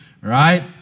Right